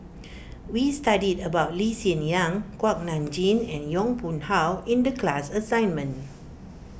we studied about Lee Hsien Yang Kuak Nam Jin and Yong Pung How in the class assignment